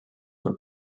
were